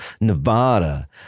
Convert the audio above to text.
Nevada